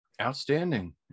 outstanding